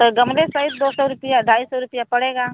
तो गमले सहित दो सौ रुपिया ढाई सौ रुपिया पड़ेगा